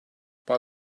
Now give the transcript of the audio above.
but